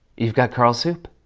you've got carl soup.